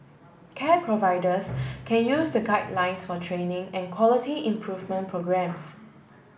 care providers can use the guidelines for training and quality improvement programmes